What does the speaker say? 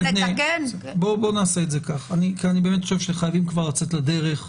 אני באמת חושב שחייבים כבר לצאת לדרך,